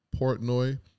Portnoy